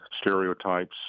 stereotypes